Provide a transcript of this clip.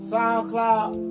SoundCloud